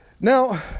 Now